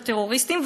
של טרוריסטים,